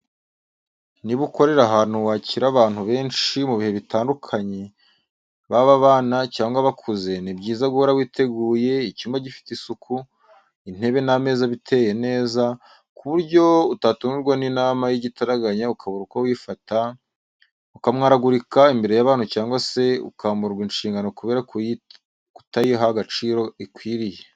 Niba ukorera ahantu wakira abantu benshi mu bihe bitandukanye, baba abana cyangwa abakuze, ni byiza guhora witeguye, icyumba gifite isuku, intebe n'ameza biteye neza, ku buryo utatungurwa n'inama y'igitaraganya ukabura uko wifata, ukamwaragurika imbere y'abantu cyangwa se ukamburwa inshingano kubera kutayiha agaciro ikwiriye.